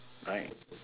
right